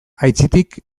aitzitik